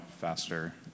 faster